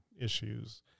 issues